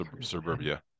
suburbia